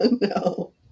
no